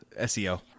SEO